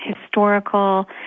historical